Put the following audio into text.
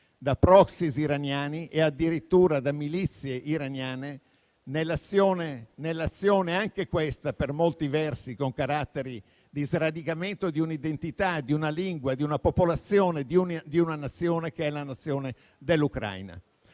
da *proxies* iraniani e addirittura da milizie iraniane, nell'azione, anche questa per molti versi con caratteri di sradicamento di un'identità, di una lingua, di una popolazione, di una Nazione che è la Nazione dell'Ucraina.